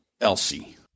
Elsie